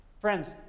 Friends